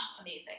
amazing